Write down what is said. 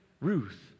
Ruth